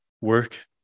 work